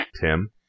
Tim